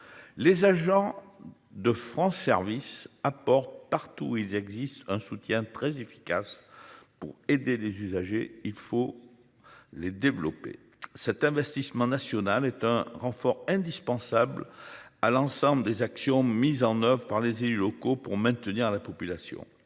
Les agents. De France service apport partout où ils existent un soutien très efficace pour aider les usagers il faut. Les développer cet investissement national est un renfort indispensable. À l'ensemble des actions mises en oeuvre par les élus locaux pour maintenir la population.